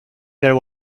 there